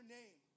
name